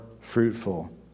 fruitful